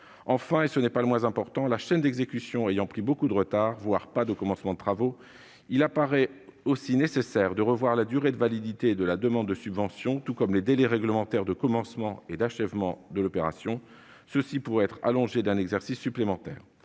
Enfin, et ce n'est pas le moins important, la chaîne d'exécution ayant pris beaucoup de retard- dans certains cas, il n'y a même pas de commencement de travaux -, il paraît nécessaire de revoir la durée de validité de la demande de subvention, tout comme les délais réglementaires de commencement et d'achèvement de l'opération- ceux-ci pourraient être allongés d'un exercice supplémentaire.